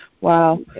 Wow